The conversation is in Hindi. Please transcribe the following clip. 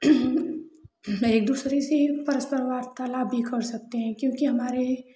मैं एक दूसरे से ही वार्तालाप कला भी कर सकते हैं क्योंकि हमारे